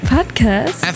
Podcast